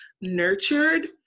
nurtured